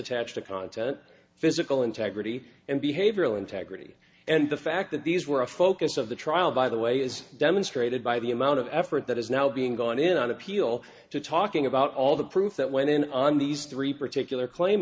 attached to content physical integrity and behavioral integrity and the fact that these were a focus of the trial by the way is demonstrated by the amount of effort that is now being gone in an appeal to talking about all the proof that went in on these three particular claim